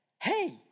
hey